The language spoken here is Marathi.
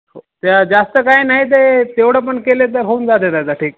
हो त्या जास्त काय नाही ते तेवढं पण केले तर होऊन जाते दादा ठीक